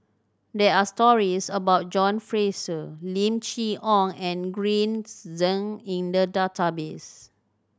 there are stories about John Fraser Lim Chee Onn and Green Zeng in the database